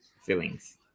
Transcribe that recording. feelings